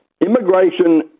immigration